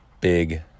big